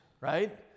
right